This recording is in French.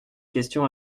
question